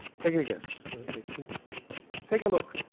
take a guess ok, three take a look.